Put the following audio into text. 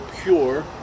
pure